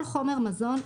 כל חומר מזון,